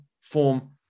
form